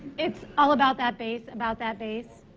it's all about that bass, about that bass.